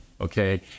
okay